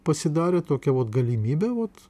pasidarė tokia vat galimybė vat